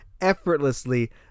effortlessly